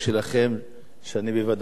שאני בוודאי אתמוך בה.